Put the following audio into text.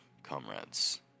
comrades